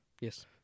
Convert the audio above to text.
Yes